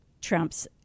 Trump's